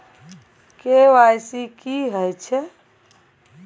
KYC की हय छै?